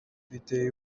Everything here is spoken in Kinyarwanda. biteye